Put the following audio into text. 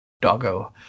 Doggo